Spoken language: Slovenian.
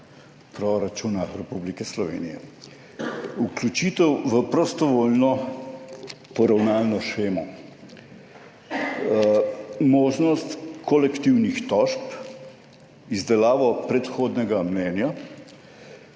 proračuna Republike Slovenije, vključitev v prostovoljno poravnalno shemo, možnost kolektivnih tožb, izdelavo predhodnega mnenja,